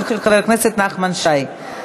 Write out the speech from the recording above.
של חבר הכנסת נחמן שי.